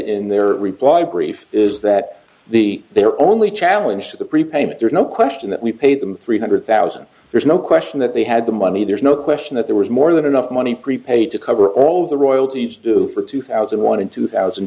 in their reply brief is that the their only challenge the pre payment there's no question that we paid them three hundred thousand there's no question that they had the money there's no question that there was more than enough money prepaid to cover all of the royalties do for two thousand wanted two thousand